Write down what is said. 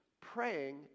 Praying